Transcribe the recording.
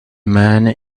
man